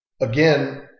again